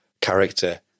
character